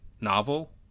novel